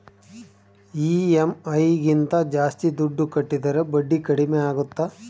EMI ಗಿಂತ ಜಾಸ್ತಿ ದುಡ್ಡು ಕಟ್ಟಿದರೆ ಬಡ್ಡಿ ಕಡಿಮೆ ಆಗುತ್ತಾ?